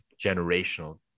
generational